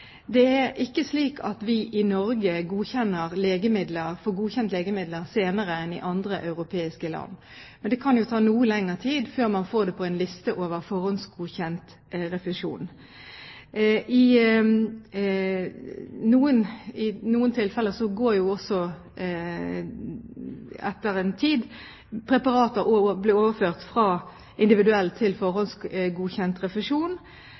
Det er ikke slik at vi i Norge får godkjent legemidler senere enn i andre europeiske land, men det kan jo ta noe lengre tid før man får preparatet på en liste over forhåndsgodkjent refusjon. I noen tilfeller blir jo etter en tid preparatet overført fra individuell til forhåndsgodkjent refusjon.